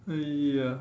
uh ya